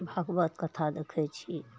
भागवतकथा देखै छी